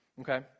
Okay